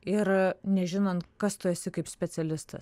ir nežinant kas tu esi kaip specialistas